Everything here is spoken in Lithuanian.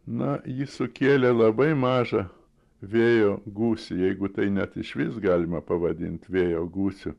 na ji sukėlė labai mažą vėjo gūsį jeigu tai net išvis galima pavadint vėjo gūsiu